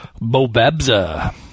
Bobabza